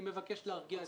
אני מבקש להרגיע.